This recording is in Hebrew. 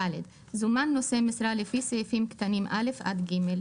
זומן נושא משרה לפי סעיפים קטנים (א) עד (ג),